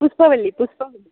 Pushpavalli Pushpavalli